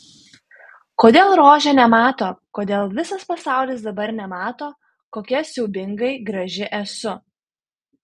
kodėl rožė nemato kodėl visas pasaulis dabar nemato kokia siaubingai graži esu